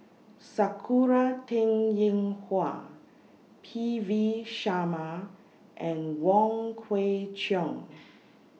Sakura Teng Ying Hua P V Sharma and Wong Kwei Cheong